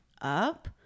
up